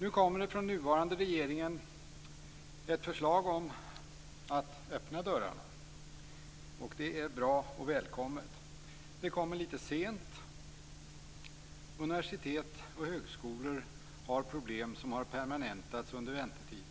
Nu kommer det ett förslag från den nuvarande regeringen om att öppna dörrarna. Det är bra och välkommet, men det kommer litet sent. Universitet och högskolor har problem som har permanentats under väntetiden